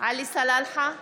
עלי סלאלחה,